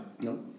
No